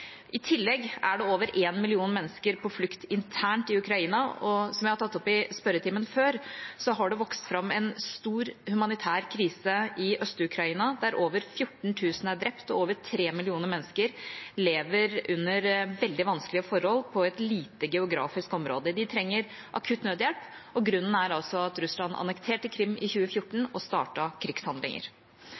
I tillegg er det over én million mennesker på flukt internt i Ukraina. Og som jeg har tatt opp i spørretimen før, har det vokst fram en stor humanitær krise i Øst-Ukraina, der over 14 000 er drept og over 3 millioner mennesker lever under veldig vanskelige forhold på et lite geografisk område. De trenger akutt nødhjelp – og grunnen er altså at Russland annekterte Krim i 2014 og startet krigshandlinger.